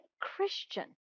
christian